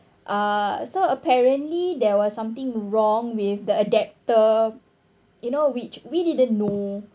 uh so apparently there was something wrong with the adaptor you know which we didn't know